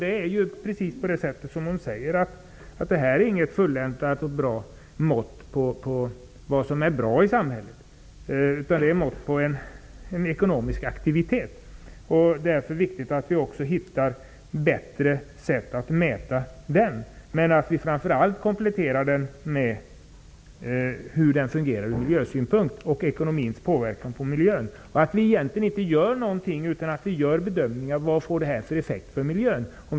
Det är precis som hon säger: den är inte något fulländat mått på vad som är bra i samhället, utan den är ett mått på en ekonomisk aktivitet. Därför är det viktigt att vi också hittar ett bättre mått. Framför allt är det viktigt att brunttonationalprodukten kompletteras genom att man tar hänsyn till hur det fungerar ur miljösynpunkt, till ekonomins påverkan på miljön. Vi skall egentligen inte göra någonting utan att först göra bedömningen vad det får för effekt för miljön.